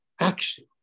action